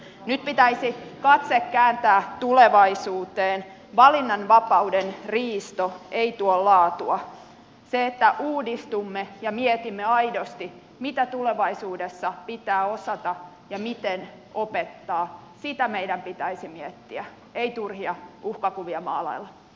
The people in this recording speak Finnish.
nyt pitäisi katse kääntää tulevaisuuteen valinnanvapauden riisto ei tuo laatua että uudistumme ja mietimme aidosti mitä tulevaisuudessa pitää osata ja miten opettaa sitä meidän pitäisi miettiä ei turhia uhkakuvia maalailla